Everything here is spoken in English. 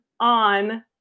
on